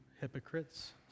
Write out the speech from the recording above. hypocrites